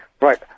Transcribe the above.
Right